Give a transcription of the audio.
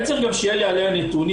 אני צריך גם שיהיה לי עליה נתונים,